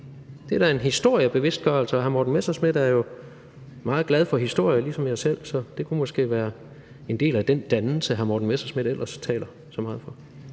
Det er da en historiebevidstgørelse, og hr. Morten Messerschmidt er jo meget glad for historie ligesom mig selv, så det kunne måske være en del af den dannelse, hr. Morten Messerschmidt ellers taler så meget for.